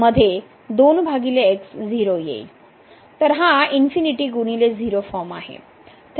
तर हा ∞× 0 फॉर्म आहे